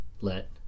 let